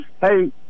Hey